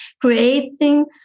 creating